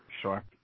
Sure